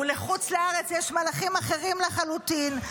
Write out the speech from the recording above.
ולחוץ לארץ יש מלאכים אחרים לחלוטין.